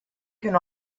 can